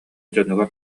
дьонугар